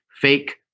fake